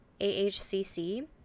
AHCC